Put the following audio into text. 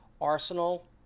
Arsenal